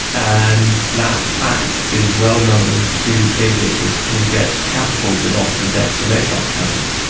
and that fact is well known to aviators who get catapulted off the decks of aircraft carriers.